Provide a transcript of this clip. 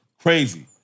Crazy